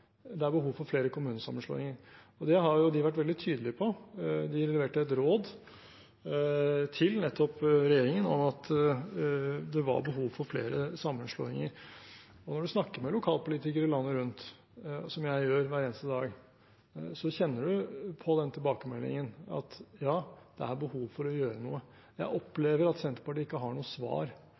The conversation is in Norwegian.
det er behov for flere kommunesammenslåinger. Det har jo de vært veldig tydelige på. De leverte et råd til nettopp regjeringen om at det var behov for flere sammenslåinger. Når man snakker med lokalpolitikere landet rundt, som jeg gjør hver eneste dag, så kjenner man på den tilbakemeldingen, at ja, det er behov for å gjøre noe. Jeg opplever at Senterpartiet ikke har noe svar